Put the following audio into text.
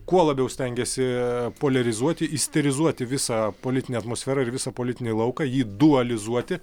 kuo labiau stengiesi poliarizuoti isterizuoti visą politinę atmosferą ir visą politinį lauką jį dualizuoti